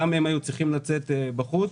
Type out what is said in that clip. גם הם היו צריכים לצאת בחוץ,